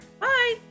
Bye